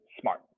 smart